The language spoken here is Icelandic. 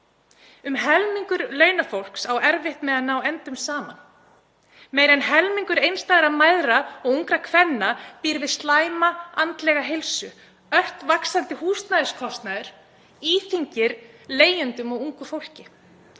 Um helmingur launafólks á erfitt með að ná endum saman. Meira en helmingur einstæðra mæðra og ungra kvenna býr við slæma andlega heilsu. Ört vaxandi húsnæðiskostnaður íþyngir leigjendum og ungu fólki.